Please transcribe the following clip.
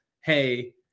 hey